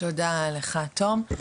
תודה לך, תום.